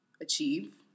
achieve